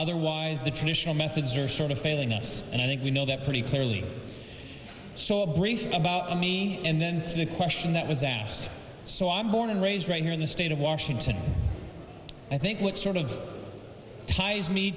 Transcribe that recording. otherwise the traditional methods are sort of failing us and i think we know that pretty clearly saw a brief about me and then to the question that was asked so i'm born and raised right here in the state of washington i think which sort of ties me